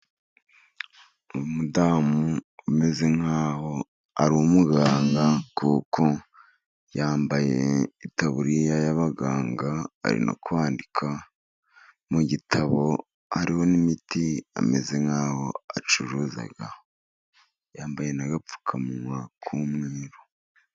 Umudamu umeze nk'aho ari umuganga, kuko yambaye itaburiya y'abaganga ari no kwandika mu gitabo, hariho n'miti ameze nk'aho acuruza yambaye n'agapfukamunwa k'umweru.